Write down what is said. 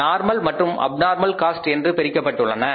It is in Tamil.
நார்மல் மற்றும் அப்நார்மல் காஸ்ட் என்று பிரிக்கப்பட்டுள்ளன